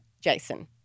Jason